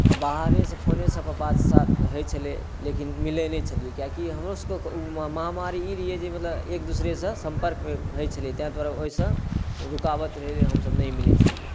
आओर बाहरेसँ फोनेपर बात सात होइ छलै लेकिन मिलै नहि छलिए कियाकि हमरोसबके महामारी ई रहिए जे एक दोसरासँ सम्पर्क होइ छलै ताहि दुआरे ओहिसँ रुकावट रहै हमसब नहि मिलै छलिए